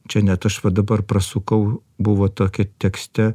čia net aš va dabar prasukau buvo tokia tekste